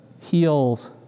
heals